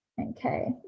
okay